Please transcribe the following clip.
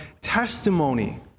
testimony